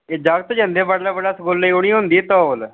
जागत जंदे बड़लै बड़लै स्कूलें गी उनें होंदी तौल